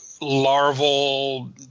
larval